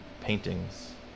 paintings